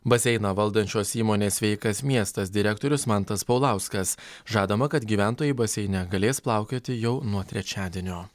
baseiną valdančios įmonės sveikas miestas direktorius mantas paulauskas žadama kad gyventojai baseine galės plaukioti jau nuo trečiadienio